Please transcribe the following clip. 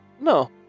No